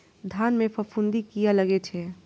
धान में फूफुंदी किया लगे छे?